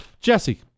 Jesse